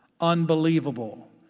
unbelievable